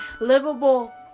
livable